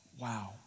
Wow